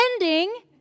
ending